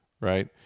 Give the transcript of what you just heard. right